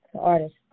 artist